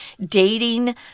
dating